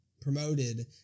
promoted